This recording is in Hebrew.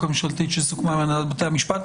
הממשלתית שסוכמה עם הנהלת בתי המשפטי.